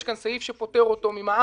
יש כאן סעיף שפוטר אותו ממע"מ.